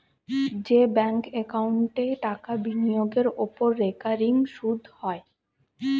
যে ব্যাঙ্ক একাউন্টে টাকা বিনিয়োগের ওপর রেকারিং সুদ হয়